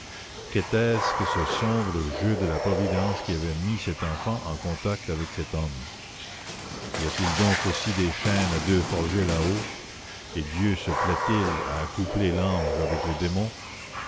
qu'était-ce que ce sombre jeu de la providence qui avait mis cet enfant en contact avec cet homme y a-t-il donc aussi des chaînes à deux forgées là-haut et dieu se plaît-il à accoupler l'ange avec le démon